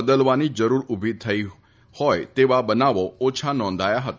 બદલવાની જરૂર ઉભી થઇ તેવા બનાવો ઓછા નોધાયા હતા